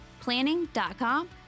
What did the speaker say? planning.com